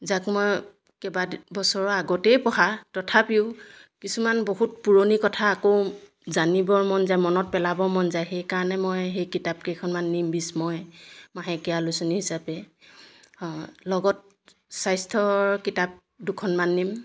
যাক মই কেইবাবছৰৰ আগতেই পঢ়া তথাপিও কিছুমান বহুত পুৰণি কথা আকৌ জানিবৰ মন যায় মনত পেলাব মন যায় সেইকাৰণে মই সেই কিতাপ কেইখনমান নিম বিষ্ময় মাহেকীয়া আলোচনী হিচাপে লগত স্বাস্থ্যৰ কিতাপ দুখনমান নিম